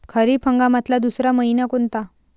खरीप हंगामातला दुसरा मइना कोनता?